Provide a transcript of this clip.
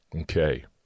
Okay